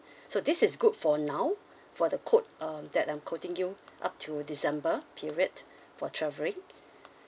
so this is good for now for the quote um that I'm quoting you up to december period for travelling